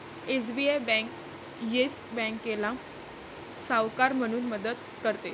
SBI bank Yes बँकेला सावकार म्हणून मदत करते